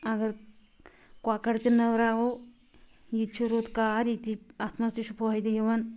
اگر کۄکَر تہِ نٔوراوو یہِ تہِ چھُ رُت کار یہِ تہِ اتھ منٛز تہِ چھُ فٲیدٕ یِوان